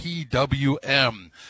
pwm